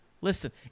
listen